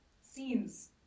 scenes